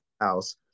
house